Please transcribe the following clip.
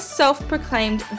self-proclaimed